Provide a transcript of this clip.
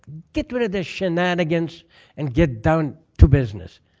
get rid of this shenanigans and get down to business.